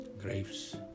Graves